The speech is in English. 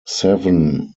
seven